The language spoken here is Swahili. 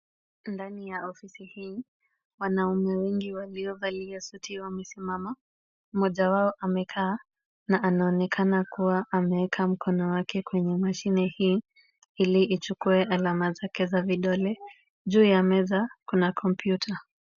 Ndani ya ofisi hii, wanaume wengi waliovalia suti wamesimama, mmoja wao amekaa na anaonekana kuwa ameweka mkono wake kwenye mashine hii, ili ichukue alama zake za vidole. Juu ya meza kuna kompyuta.